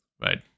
right